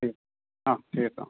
অঁ ঠিক আছে অঁ